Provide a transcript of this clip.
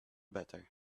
better